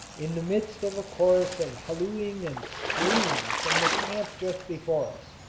in the midst of a chorus of hallooing and screaming from the camp just before us,